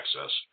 access